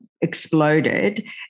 exploded